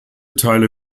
teile